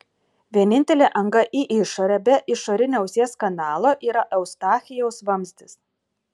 vienintelė anga į išorę be išorinio ausies kanalo yra eustachijaus vamzdis